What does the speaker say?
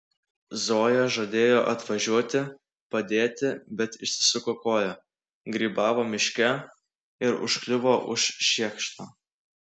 zoja žadėjo atvažiuoti padėti bet išsisuko koją grybavo miške ir užkliuvo už šiekšto